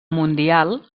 mundial